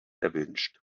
erwünscht